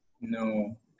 No